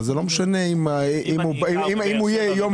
אז זה לא משנה אם הוא יהיה יום אחד.